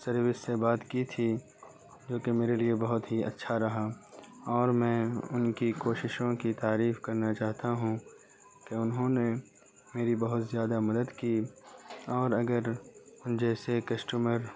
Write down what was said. service سے بات کی تھی جوکہ میرے لیے بہت ہی اچھا رہا اور میں ان کی کوششوں کی تعریف کرنا چاہتا ہوں کہ انہوں نے میری بہت زیادہ مدد کی اور اگر جیسے کسٹمر